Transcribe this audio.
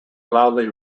loudly